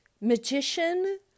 magician